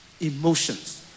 emotions